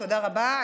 תודה רבה.